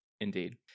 Indeed